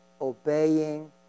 obeying